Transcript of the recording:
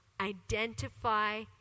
identify